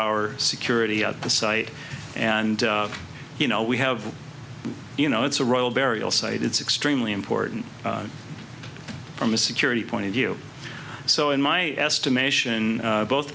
hour security at the site and you know we have you know it's a royal burial site it's extremely important from a security point of view so in my estimation both